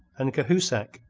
and cahusac,